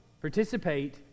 participate